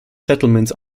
settlements